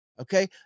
Okay